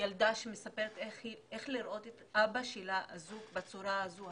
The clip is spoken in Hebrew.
ילדה שמספרת איך לראות את אבא שלה אזוק בצורה הזו,